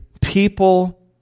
people